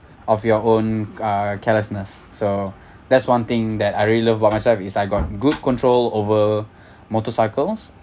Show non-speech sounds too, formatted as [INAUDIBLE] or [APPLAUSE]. of your own uh carelessness so that's one thing that I really loved about myself is I got good control over [BREATH] motorcycles